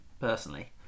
personally